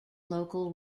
local